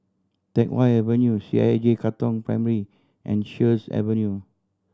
Teck Whye Avenue C H I J Katong Primary and Sheares Avenue